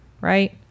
right